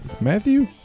Matthew